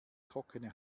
trockene